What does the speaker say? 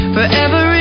Forever